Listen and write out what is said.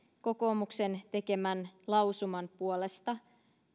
kokoomuksen tekemän lausuman puolesta